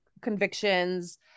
convictions